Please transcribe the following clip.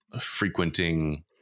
frequenting